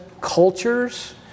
cultures